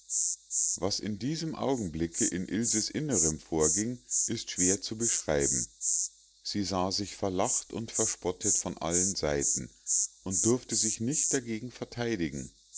was in diesem augenblicke in ilses innerem vorging ist schwer zu beschreiben sie sah sich verlacht und verspottet von allen seiten und durfte sich nicht dagegen verteidigen